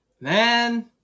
Man